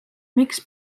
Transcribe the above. miks